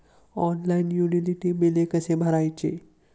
Online utility बिले कसे भरायचे?